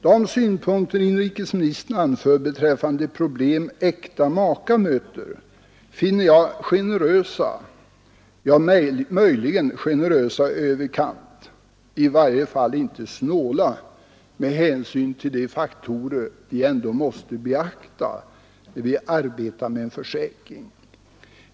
De synpunkter inrikesministern anför beträffande de problem äkta makar möter finner jag generösa, ja möjligen generösa i överkant, i varje fall inte snåla med hänsyn till de faktorer vi ändå måste beakta.